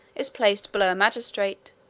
is placed below a magistrate,